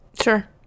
sure